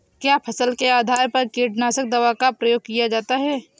क्या फसल के आधार पर कीटनाशक दवा का प्रयोग किया जाता है?